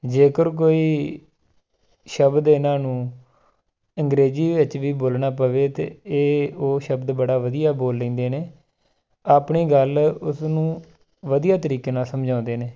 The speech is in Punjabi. ਜੇਕਰ ਕੋਈ ਸ਼ਬਦ ਇਹਨਾਂ ਨੂੰ ਅੰਗਰੇਜ਼ੀ ਵਿੱਚ ਵੀ ਬੋਲਣਾ ਪਵੇ ਤਾਂ ਇਹ ਉਹ ਸ਼ਬਦ ਬੜਾ ਵਧੀਆ ਬੋਲ ਲੈਂਦੇ ਨੇ ਆਪਣੀ ਗੱਲ ਉਸਨੂੰ ਵਧੀਆ ਤਰੀਕੇ ਨਾਲ ਸਮਝਾਉਂਦੇ ਨੇ